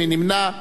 מי נמנע?